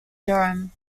durham